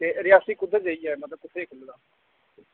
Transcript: ते रेयासी कुद्धर जेही ऐ मतलब कुत्थें